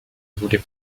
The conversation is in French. voulez